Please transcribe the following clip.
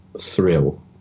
thrill